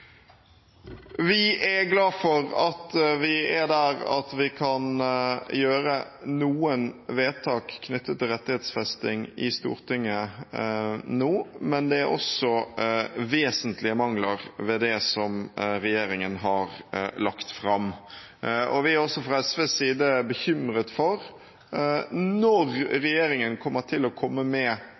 Vi er glad for at vi er der at vi kan fatte noen vedtak knyttet til rettighetsfesting i Stortinget nå, men det er også vesentlige mangler ved det som regjeringen har lagt fram. Vi er også fra SVs side bekymret for når regjeringen kommer til å komme med